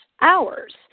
hours